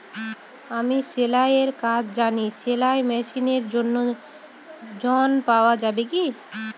আমি সেলাই এর কাজ জানি সেলাই মেশিনের জন্য ঋণ পাওয়া যাবে কি?